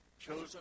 chosen